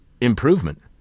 improvement